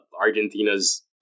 Argentina's